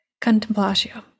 Contemplatio